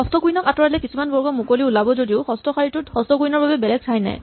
ষষ্ঠ কুইন ক আঁতৰালে কিছুমান মুকলি বৰ্গ ওলাব যদিও ষষ্ঠ শাৰীটোত ষষ্ঠ কুইন ৰ বাবে বেলেগ ঠাই নাই